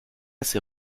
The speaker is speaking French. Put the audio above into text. ses